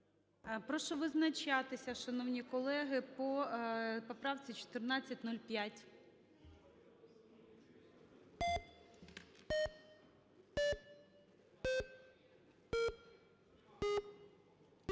Прошу визначатися, шановні колеги, по поправці 1405.